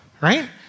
right